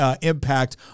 impact